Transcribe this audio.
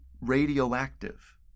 radioactive